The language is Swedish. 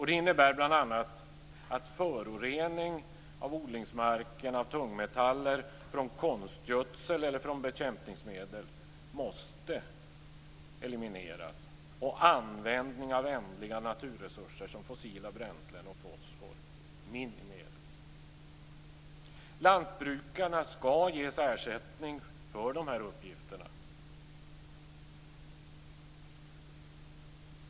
Det innebär bl.a. att föroreningar av odlingsmarken av tungmetaller från konstgödsel eller bekämpningsmedel måste elimineras och användning av ändliga naturresurser, som fossila bränslen och fosfor, minimeras. Lantbrukarna skall ges ersättning för de här uppgifterna.